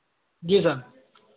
जी sir